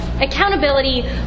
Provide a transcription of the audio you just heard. accountability